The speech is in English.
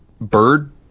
bird